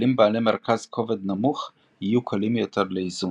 כלים בעלי מרכז כובד נמוך יהיו קלים יותר לאיזון.